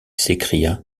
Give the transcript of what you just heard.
s’écria